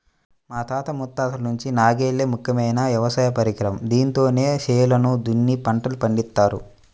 మా తాత ముత్తాతల నుంచి నాగలే ముఖ్యమైన వ్యవసాయ పరికరం, దీంతోనే చేలను దున్ని పంటల్ని పండిత్తారు